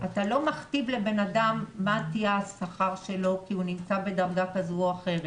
אתה לא מכתיב לבן אדם מה יהיה השכר שלו כי הוא נמצא בדרגה כזו או אחרת.